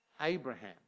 Abraham